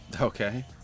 Okay